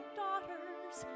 daughters